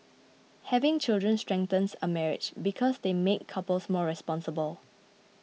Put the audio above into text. having children strengthens a marriage because they make couples more responsible